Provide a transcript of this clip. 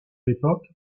l’époque